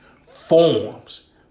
forms